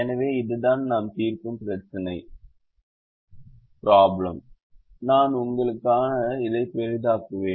எனவே இதுதான் நாம் தீர்க்கும் பிரச்சினை நான் உங்களுக்காக அதை பெரிதாக்குவேன்